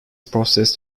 processed